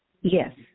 Yes